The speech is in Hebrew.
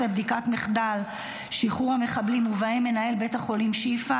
בנושא: בדיקת מחדל שחרור המחבלים ובהם מנהל בית החולים שיפא